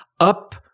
up